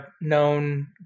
known